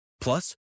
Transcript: Plus